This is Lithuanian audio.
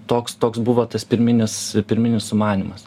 toks toks buvo tas pirminis pirminis sumanymas